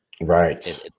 Right